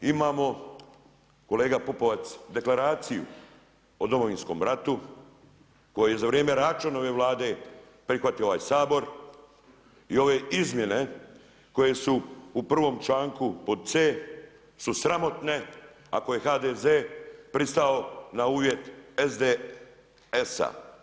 Imamo kolega PUpovac Deklaraciju o Domovinskom ratu koji je za vrijeme Račanove vlade prihvatio ovaj Sabor i ove izmjene koje su u prvom članku pod c su sramotne ako je HDZ pristao na uvjet SDSS-a.